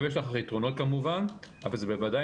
יש לכך יתרונות כמובן אבל זה בוודאי